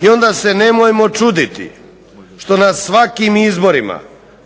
i onda se nemojmo čuditi što na svakim izborima